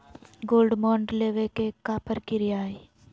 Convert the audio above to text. Gold bond लेवे के का प्रक्रिया हई?